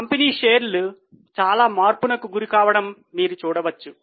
company షేర్లు చాలా మార్పుకు గురికావడం మీరు చూడవచ్చు